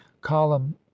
column